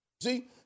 See